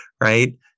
right